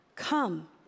Come